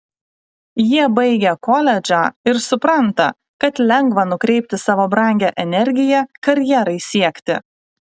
jie baigia koledžą ir supranta kad lengva nukreipti savo brangią energiją karjerai siekti